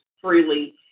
freely